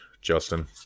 Justin